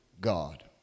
God